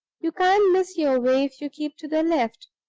you can't miss your way if you keep to the left.